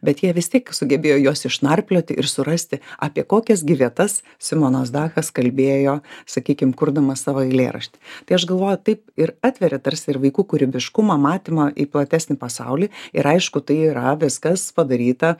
bet jie vis tiek sugebėjo juos išnarplioti ir surasti apie kokias gi vietas simonas dachas kalbėjo sakykim kurdamas savo eilėraštį tai aš galvoju taip ir atveria tarsi ir vaikų kūrybiškumą matymą į platesnį pasaulį ir aišku tai yra viskas padaryta